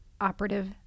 operative